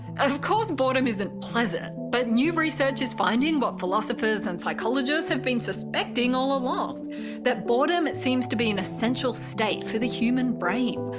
of course, boredom is not pleasant. but new research is finding what philosophers and psychologists have been suspecting all along that boredom seems to be an essential state for the human brain.